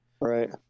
Right